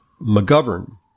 McGovern